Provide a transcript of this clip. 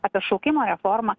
apie šaukimo reformą